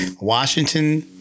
washington